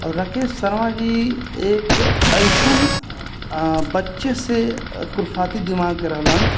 आओर राकेश शर्मा जी एक अइसन बच्चेसँ खुरफाती दिमागके रहलन